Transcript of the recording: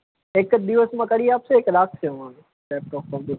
એક જ દિવસમાં કરી આપશે કે રાખશે આને લેપટોપ કમ્પ્યુટરને